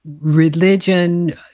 religion